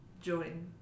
join